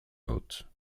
boat